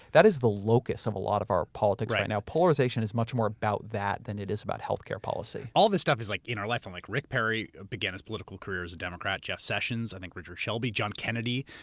that is the locus of a lot of our politics right now. polarization is much more about that than it is about healthcare policy. all this stuff is like in our life. like rick perry began his political career as a democrat. jeff sessions, i think richard shelby, john kennedy,